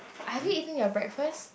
have you eaten your breakfast